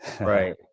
Right